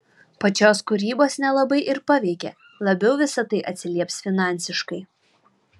pačios kūrybos nelabai ir paveikė labiau visa tai atsilieps finansiškai